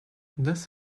this